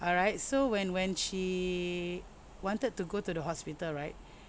alright so when when she wanted to go to the hospital right